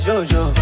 Jojo